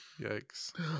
Yikes